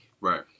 Right